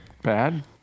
bad